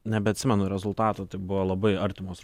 nebeatsimenu rezultato tai buvo labai artimos